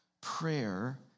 Prayer